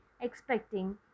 expecting